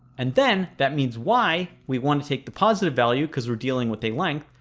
and then that means y, we wants to take the positive value because we're dealing with a length,